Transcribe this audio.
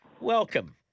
welcome